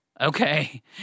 Okay